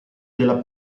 della